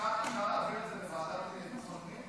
אפשר להעביר את זה לוועדה לביטחון פנים?